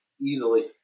easily